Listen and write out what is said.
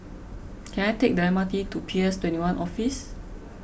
can I take the M R T to PS twenty one Office